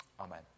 Amen